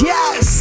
Yes